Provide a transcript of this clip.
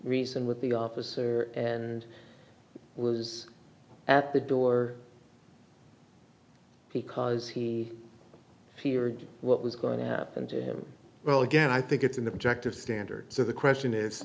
reason with the officer and was at the door because he feared what was going to happen to him well again i think it's an objective standard so the question is